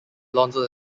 alonzo